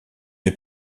est